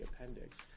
appendix